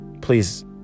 Please